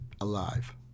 alive